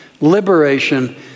liberation